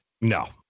No